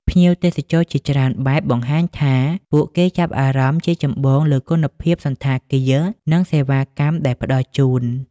ភ្ញៀវទេសចរជាច្រើនបែបបង្ហាញថាពួកគេចាប់អារម្មណ៍ជាចម្បងលើគុណភាពសណ្ឋាគារ និងសេវាកម្មដែលផ្តល់ជូន។